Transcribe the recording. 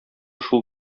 шул